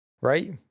right